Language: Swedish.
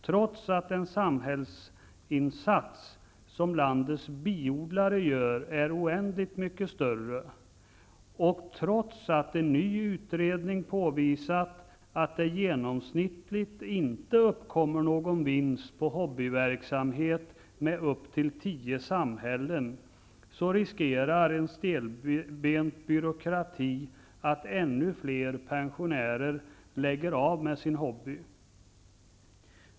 Trots att den samhällsinsats som landets biodlare gör är oändligt mycket större och trots att en ny utredning påvisat att det genomsnittligt inte uppkommer någon vinst på hobbyverksamhet med upp till tio samhällen, riskerar stelbent byråkrati att åstadkomma att ännu fler pensionärer lägger av med sin hobby.